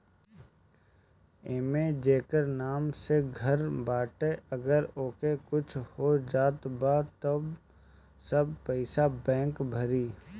एमे जेकर नाम से घर बाटे अगर ओके कुछ हो जात बा त सब पईसा बैंक भरी